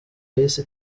yahise